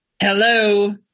hello